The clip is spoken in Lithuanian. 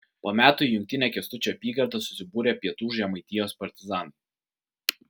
po metų į jungtinę kęstučio apygardą susibūrė pietų žemaitijos partizanai